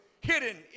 hidden